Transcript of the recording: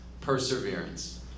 perseverance